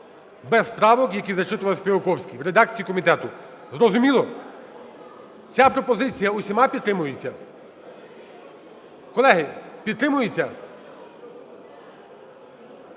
без правок, які зачитував Співаковський, в редакції комітету. Зрозуміло? Ця пропозиція усіма підтримується? Колеги, підтримується?